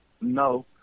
no